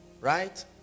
Right